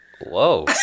Whoa